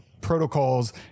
protocols